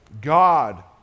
God